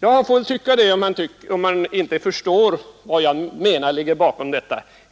Herr Burenstam Linder får väl tycka det om han inte förstår vad som enligt min mening ligger bakom detta.